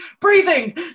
breathing